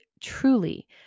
truly